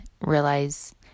realize